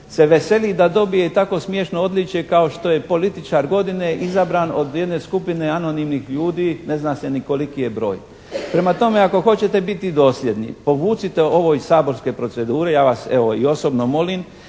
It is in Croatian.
se veseli da dobije i tako smiješno odličje kao što je političar godine izabran od jedne skupine anonimnih ljudi, ne zna se ni koliki je broj. Prema tome, ako hoćete biti dosljedni, povucite ovo iz saborske procedure, ja vas evo, i osobno molim